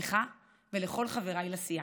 לך ולכל חבריי לסיעה.